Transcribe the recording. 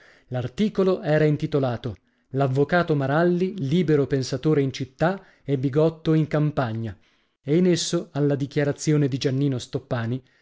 l'articolo era intitolato l'avvocato maralli libero pensatore in città e bigotto in campagna e in esso alla dichiarazione di giannino stoppani